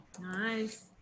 Nice